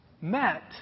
met